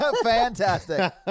Fantastic